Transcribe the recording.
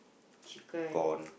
chicken